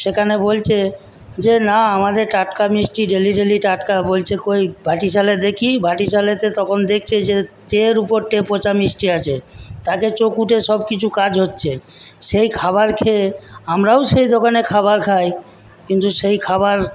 সেখানে বলছে যে না আমাদের টাটকা মিষ্টি ডেলি ডেলি টাটকা বলছে কই বাটিশালে দেখি বাটিশালে তো তখন দেখছে যে ট্রের ওপর পচা মিষ্টি আছে তাতে সবকিছু কাজ হচ্ছে সেই খাবার খেয়ে আমরাও সেই দোকানের খাবার খাই কিন্তু সেই খাবার